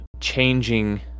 changing